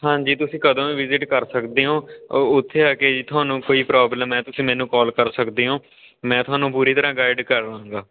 ਹਾਂਜੀ ਤੁਸੀਂ ਕਦੋਂ ਵੀ ਵਿਜਿਟ ਕਰ ਸਕਦੇ ਓਂ ਓ ਉੱਥੇ ਆ ਕੇ ਜੀ ਤੁਹਾਨੂੰ ਕੋਈ ਪ੍ਰੋਬਲਮ ਹੈ ਤੁਸੀਂ ਮੈਨੂੰ ਕੋਲ ਕਰ ਸਕਦੇ ਓਂ ਮੈਂ ਤੁਹਾਨੂੰ ਪੂਰੀ ਤਰ੍ਹਾਂ ਗਾਈਡ ਕਰਾਂਗਾ